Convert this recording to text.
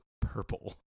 purple